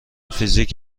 فیزیک